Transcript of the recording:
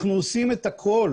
אנחנו עושים את הכול